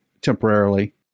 temporarily